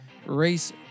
race